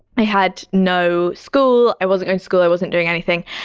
i had no school, i wasn't going to school, i wasn't doing anything.